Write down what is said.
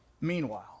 Meanwhile